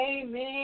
amen